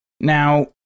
Now